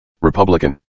Republican